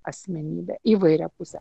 asmenybę įvairiapusę